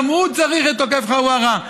גם הוא צריך את עוקף חווארה,